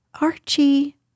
Archie